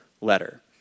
letter